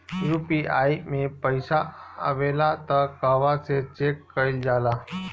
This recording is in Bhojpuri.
यू.पी.आई मे पइसा आबेला त कहवा से चेक कईल जाला?